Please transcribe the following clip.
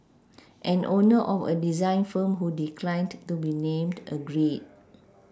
an owner of a design firm who declined to be named agreed